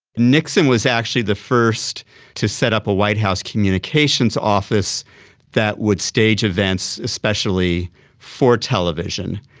nixon was actually the first to set up a white house communications office that would stage events especially for television,